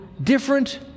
Different